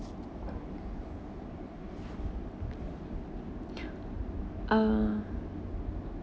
uh